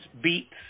beets